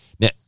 Now